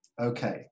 okay